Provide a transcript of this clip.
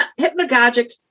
hypnagogic